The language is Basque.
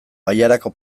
bailarako